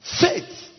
Faith